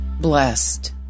blessed